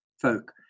folk